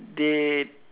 they